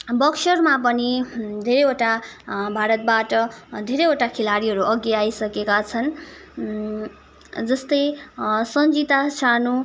बक्सरमा पनि धेरैवटा भारतबाट धेरैवटा खेलाडीहरू अघि आइसकेका छन् जस्तै सन्जीता सानु